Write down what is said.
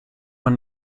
man